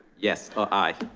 yes, ah aye.